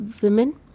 women